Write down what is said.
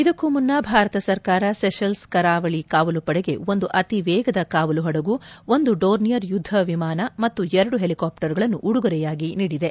ಇದಕ್ಕೂ ಮುನ್ನ ಭಾರತ ಸರ್ಕಾರ ಸೆಷಲ್ಪ್ ಕರಾವಳಿ ಕಾವಲುಪಡೆಗೆ ಒಂದು ಅತಿ ವೇಗದ ಕಾವಲು ಹೆಡಗು ಒಂದು ಡೋರ್ನಿಯರ್ ಯುದ್ದ ವಿಮಾನ ಮತ್ತು ಎರಡು ಹೆಲಿಕಾಪ್ಸರ್ಗಳನ್ನು ಉಡುಗೊರೆಯಾಗಿ ನೀಡಿದೆ